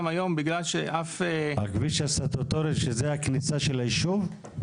הכביש הסטטוטורי שזה הכניסה של היישוב?